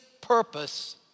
purpose